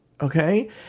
okay